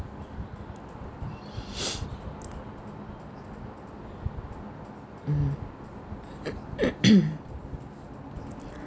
mm